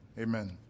Amen